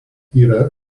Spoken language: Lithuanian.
yra